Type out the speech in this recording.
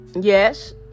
Yes